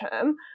term